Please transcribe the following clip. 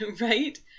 right